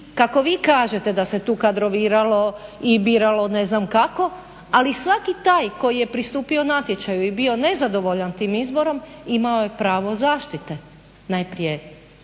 kako vi kažete da se tu kadroviralo i biralo ne znam kako, ali svaki taj koji je pristupio natječaju i bio nezadovoljan tim izborom imao je pravo zaštite, najprije